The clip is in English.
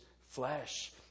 flesh